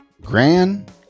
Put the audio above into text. Grand